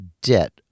debt